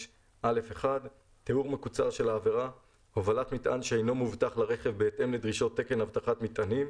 85(א1) הובלת מטען שאינו מאובטח לרכב בהתאם לדרישות תקן אבטחת מטענים,